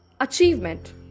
Achievement